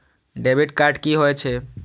Debit card की होय छे?